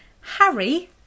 harry